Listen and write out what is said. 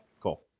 cool